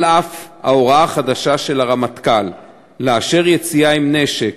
על אף ההוראה החדשה של הרמטכ"ל לאשר יציאה עם נשק,